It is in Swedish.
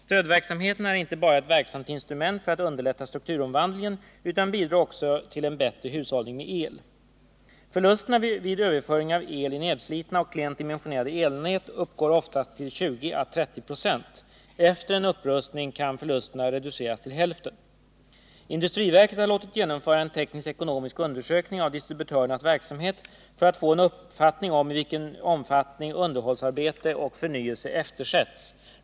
Stödverksamheten är inte bara ett verksamt instrument för att underlätta strukturomvandlingen utan bidrar också till en bättre hushållning med el. Förlusterna vid överföring av el i nerslitna och klent dimensionerade elnät uppgår oftast till 20å 30 96. Efter en upprustning kan förlusterna reduceras till hälften. Industriverket har låtit genomföra en teknisk-ekonomisk undersökning av distributörernas verksamhet för att få en uppfattning om i vilken omfattning underhållsarbete och förnyelse eftersätts.